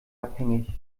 abhängig